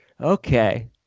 Okay